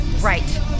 Right